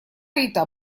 рита